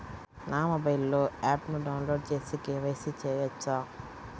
నా మొబైల్లో ఆప్ను డౌన్లోడ్ చేసి కే.వై.సి చేయచ్చా?